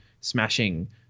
smashing